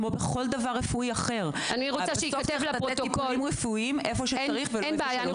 כמו בכל דבר רפואי אחר --- רפואיים איפה שצריך ולא איפה שלא צריך.